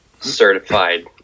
certified